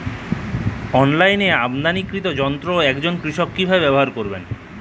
অনলাইনে আমদানীকৃত যন্ত্র একজন কৃষক কিভাবে ব্যবহার করবেন?